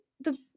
the-